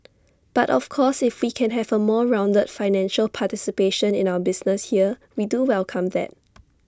but of course if we can have A more rounded financial participation in our business here we do welcome that